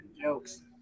jokes